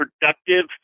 productive